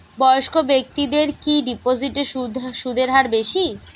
বয়স্ক ব্যেক্তিদের কি ডিপোজিটে সুদের হার বেশি?